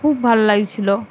খুব ভাল লাগছিলো